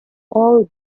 all